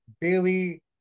Bailey